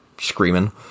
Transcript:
screaming